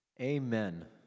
Amen